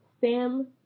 Sam